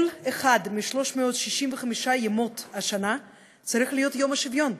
כל אחד מ-365 ימות השנה צריך להיות יום השוויון,